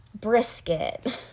brisket